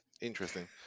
interesting